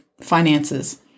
finances